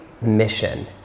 mission